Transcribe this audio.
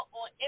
on